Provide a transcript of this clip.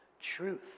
truth